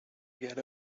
get